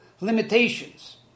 limitations